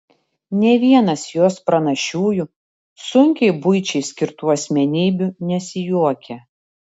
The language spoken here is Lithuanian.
nė vienas jos pranašiųjų sunkiai buičiai skirtų asmenybių nesijuokia